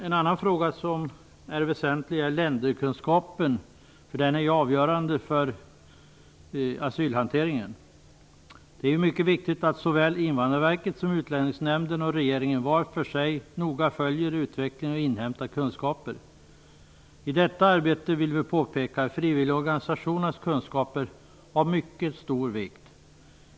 En annan fråga som är väsentlig är länderkunskapen, då den är avgörande för asylhanteringen. Det är mycket viktigt att såväl Invandrarverket som Utlänningsnämnden och regeringen var för sig noga följer utvecklingen och inhämtar kunskaper. Vi vill påpeka att i detta arbete är frivilligorganisationernas kunskaper av mycket stor vikt.